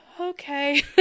okay